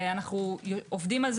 אנחנו עובדים על זה